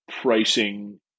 pricing